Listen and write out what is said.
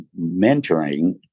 mentoring